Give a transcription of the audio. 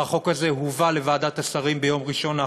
והחוק הזה הובא לוועדת השרים ביום ראשון האחרון.